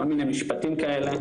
כל מיני משפטים כאלה.